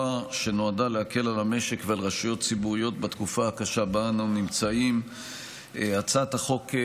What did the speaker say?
אני מזמין את שר המשפטים חבר הכנסת יריב לוין להציג את הצעת החוק.